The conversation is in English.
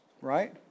right